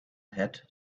het